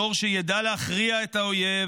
דור שידע להכריע את האויב,